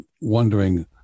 wondering